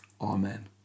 Amen